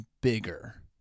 bigger